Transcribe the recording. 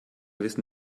wissen